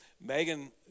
Megan